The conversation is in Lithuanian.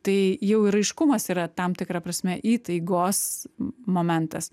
tai jau ir aiškumas yra tam tikra prasme įtaigos momentas